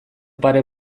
pare